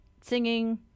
singing